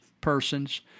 persons